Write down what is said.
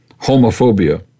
homophobia